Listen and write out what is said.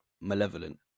malevolent